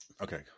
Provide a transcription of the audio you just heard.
okay